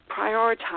prioritize